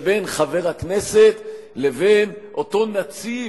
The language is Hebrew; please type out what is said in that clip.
שבין חבר הכנסת לבין אותו נציב,